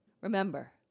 remember